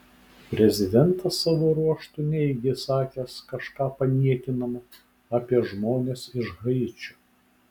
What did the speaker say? prezidentas savo ruožtu neigė sakęs kažką paniekinama apie žmones iš haičio